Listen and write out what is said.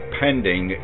pending